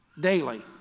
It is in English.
daily